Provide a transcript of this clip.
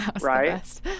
right